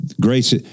grace